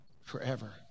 forever